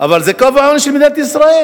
אבל זה קו העוני של מדינת ישראל.